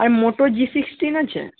আর Moto G sixteen আছে